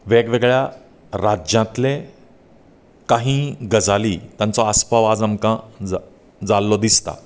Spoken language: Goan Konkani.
वेगवेगळ्या राज्यांतले काही गजाली तांचो आसपाव आज आमकां जाल्लो दिसता